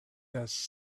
has